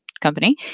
company